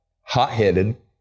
hot-headed